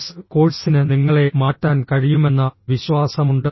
course കോഴ്സിന് നിങ്ങളെ മാറ്റാൻ കഴിയുമെന്ന വിശ്വാസമുണ്ട്